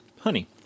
honey